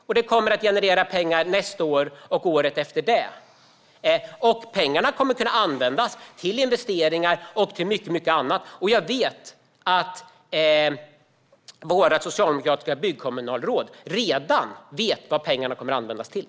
Den kommer att generera pengar även nästa år och året efter det. Pengarna kommer att kunna användas till investeringar och mycket annat. Jag vet att vårt socialdemokratiska byggkommunalråd redan vet vad pengarna ska användas till.